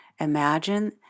imagine